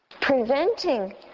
preventing